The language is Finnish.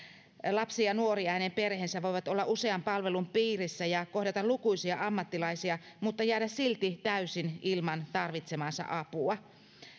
lapsi ja nuori ja hänen perheensä voivat olla usean palvelun piirissä ja kohdata lukuisia ammattilaisia mutta jäädä silti täysin ilman tarvitsemaansa apua